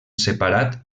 separat